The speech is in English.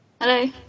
hello